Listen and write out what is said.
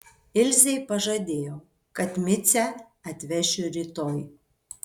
ilzei pažadėjau kad micę atvešiu rytoj